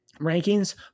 rankings